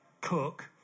Cook